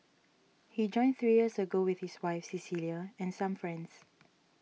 he joined three years ago with his wife Cecilia and some friends